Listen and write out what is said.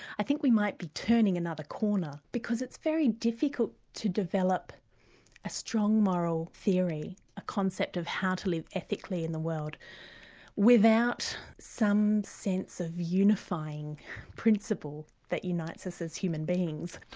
i think we might be turning another corner, because it's very difficult to develop a strong moral theory, a concept of how to live ethically in the world without some sense of a unifying principle that unites us as human beings.